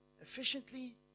efficiently